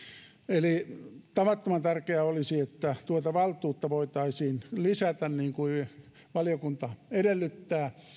eli tavattoman tärkeää olisi että tuota valtuutta voitaisiin lisätä niin kuin valiokunta edellyttää